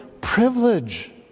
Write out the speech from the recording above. privilege